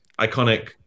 iconic